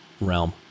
realm